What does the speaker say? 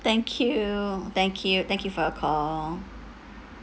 thank you thank you thank you for your call